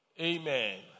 Amen